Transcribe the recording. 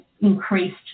increased